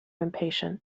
impatient